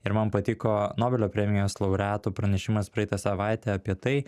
ir man patiko nobelio premijos laureatų pranešimas praeitą savaitę apie tai